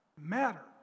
matter